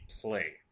play